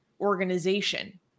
organization